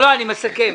מסכם.